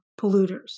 polluters